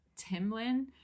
Timlin